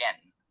Again